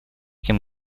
кем